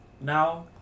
Now